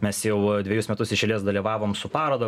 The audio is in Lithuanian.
mes jau dvejus metus iš eilės dalyvavom su paroda